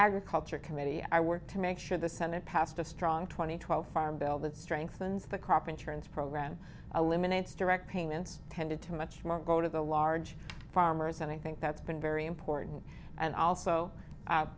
agriculture committee i work to make sure the senate passed a strong two thousand and twelve farm bill that strengthens the crop insurance program eliminates direct payments tended to much more go to the large farmers and i think that's been very important and also